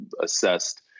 assessed